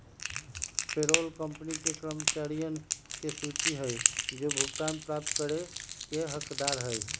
payroll company के कर्मचारियन के सूची हई जो भुगतान प्राप्त करे के हकदार हई